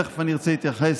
תכף אני רוצה להתייחס,